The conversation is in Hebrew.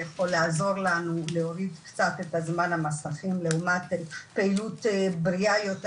יכול לעזור לנו להוריד קצת את זמן המסכים לעומת פעילות בריאה יותר,